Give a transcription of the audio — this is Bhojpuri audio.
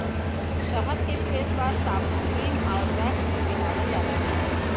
शहद के फेसवाश, साबुन, क्रीम आउर वैक्स में मिलावल जाला